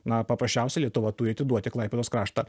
na paprasčiausiai lietuva turi atiduoti klaipėdos kraštą